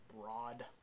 broad